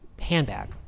Handbag